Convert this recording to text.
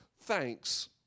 thanks